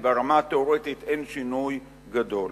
ברמה התיאורטית אין שינוי גדול.